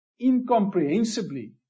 incomprehensibly